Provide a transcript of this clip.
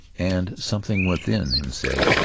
and something within him said,